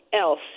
else